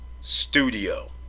studio